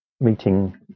meeting